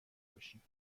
باشیم